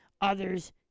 others